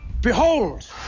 Behold